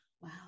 Wow